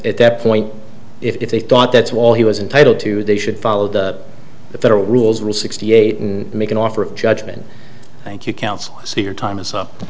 that point if they thought that's why he was entitled to they should follow the federal rules were sixty eight and make an offer of judgment thank you counsel so your time is up